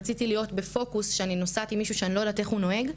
רציתי להיות בפוקוס שאני נוסעת עם מישהו שאני לא יודעת איך הוא נוהג,